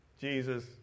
Jesus